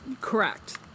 Correct